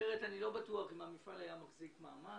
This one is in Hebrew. אחרת אני לא בטוח אם המפעל היה מחזיק מעמד.